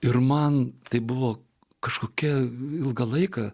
ir man tai buvo kažkokia ilgą laiką